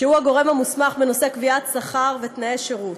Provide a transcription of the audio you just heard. שהוא הגורם המוסמך בנושא קביעת שכר ותנאי השירות.